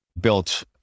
built